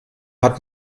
hat